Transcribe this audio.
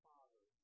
Father